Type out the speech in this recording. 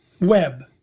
web